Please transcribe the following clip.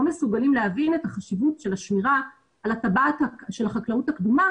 מסוגלים להבין את החשיבות של השמירה על הטבעת של החקלאות הקדומה.